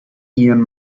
ian